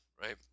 right